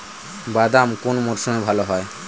বাদাম কোন মরশুমে ভাল হয়?